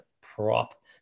prop